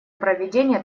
проведение